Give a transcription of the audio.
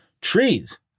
trees